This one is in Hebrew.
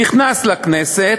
נכנס לכנסת,